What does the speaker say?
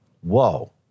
Whoa